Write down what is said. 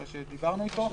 אחרי שדיברנו איתו,